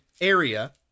area